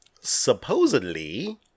Supposedly